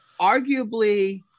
arguably